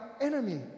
enemy